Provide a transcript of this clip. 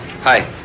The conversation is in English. Hi